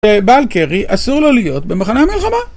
בעל קרי אסור לא להיות במחנה מלחמה